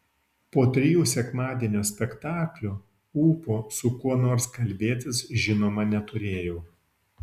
po trijų sekmadienio spektaklių ūpo su kuo nors kalbėtis žinoma neturėjau